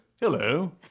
hello